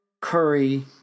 Curry